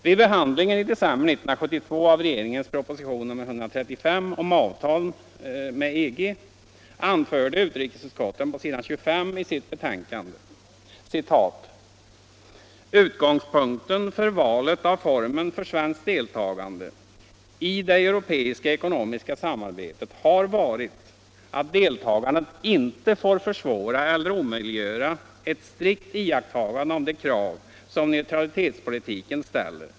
Vid behandlingen i december 1972 av regeringens proposition nr 135 om avtal med EG anförde utrikesutskottet på s. 25 i sitt betänkande nr 20 ”Utgångspunkten för valet av formen för svenskt deltagande i det europeiska ekonomiska samarbetet har varit att deltagandet inte får försvåra eller omöjliggöra ett strikt iakttagande av de krav som neutralitetspolitiken ställer.